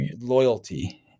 loyalty